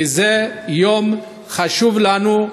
כי זה יום חשוב לנו,